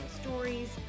stories